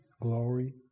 glory